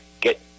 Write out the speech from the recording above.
get